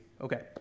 Okay